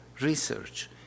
research